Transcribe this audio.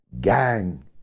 gang